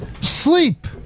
sleep